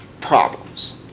problems